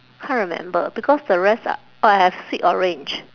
can't remember because the rest are oh I have sweet orange